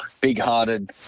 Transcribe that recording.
big-hearted –